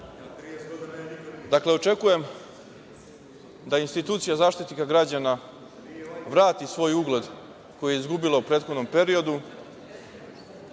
Dakle, očekujem da institucija Zaštitnika građana vrati svoj ugled koji je izgubila u prethodnom periodu,